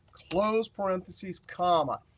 close parentheses, comma.